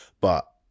but-